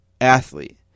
athlete